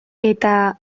eta